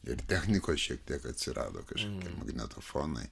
ir technikos šiek tiek atsirado kažkokie magnetofonai